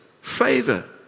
favor